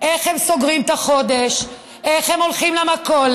איך הם סוגרים את החודש, איך הם הולכים למכולת,